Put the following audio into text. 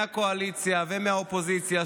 מהקואליציה ומהאופוזיציה,